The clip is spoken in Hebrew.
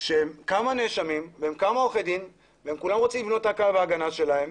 בו יש כמה נאשמים וכמה עורכי דין וכולם רוצים לבנות את קו ההגנה שלהם?